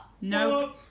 No